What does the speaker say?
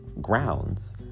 grounds